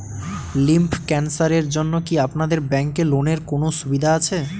Lymph ক্যানসারের জন্য কি আপনাদের ব্যঙ্কে লোনের কোনও সুবিধা আছে?